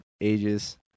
ages